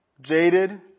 jaded